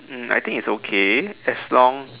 um I think it's okay as long